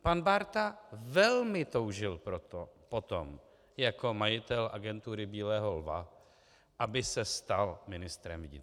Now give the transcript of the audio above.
Pan Bárta velmi toužil po tom jako majitel Agentury bílého lva, aby se stal ministrem vnitra.